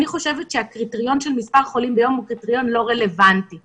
אני חושבת שהקריטריון של מספר חולים הוא קריטריון לא רלוונטי.